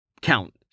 count